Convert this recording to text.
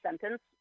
sentence